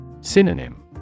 Synonym